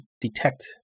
detect